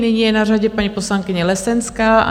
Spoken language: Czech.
Nyní je na řadě paní poslankyně Lesenská.